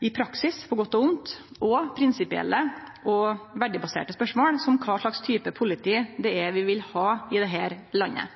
i praksis – på godt og vondt – og prinsipielle og verdibaserte spørsmål, som kva type politi det er vi vil ha i dette landet.